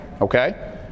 okay